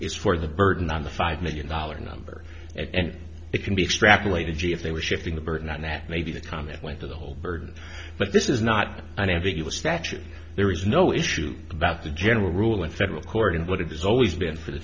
is for the burden on the five million dollar number and it can be extrapolated gee if they were shifting the burden on that maybe that comment went to the whole burden but this is not unambiguous that there is no issue about the general rule in federal court and what it is always been for the